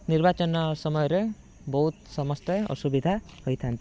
ନିର୍ବାଚନ ସମୟରେ ବହୁତ ସମସ୍ତେ ଅସୁବିଧା ହୋଇଥାନ୍ତି